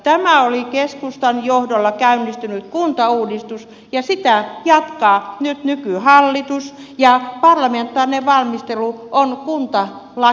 tämä oli keskustan johdolla käynnistynyt kuntauudistus ja sitä jatkaa nyt nykyhallitus ja parlamentaarinen valmistelu on kuntalakityössä menossa